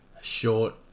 Short